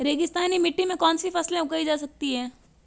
रेगिस्तानी मिट्टी में कौनसी फसलें उगाई जा सकती हैं?